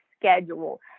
schedule